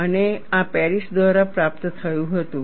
અને આ પેરિસ દ્વારા પ્રાપ્ત થયું હતું